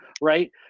right